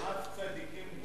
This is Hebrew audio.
ה"חמאס" צדיקים גדולים.